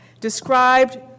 described